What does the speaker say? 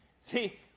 See